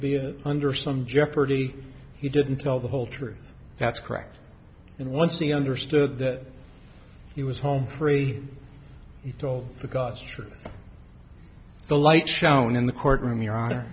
be under some jeopardy he didn't tell the whole truth that's correct and once we understood that he was home free he told the god's truth the light shone in the courtroom